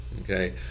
okay